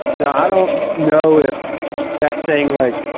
now. i don't know if that's saying, like,